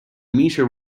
metre